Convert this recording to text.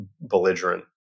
belligerent